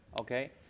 okay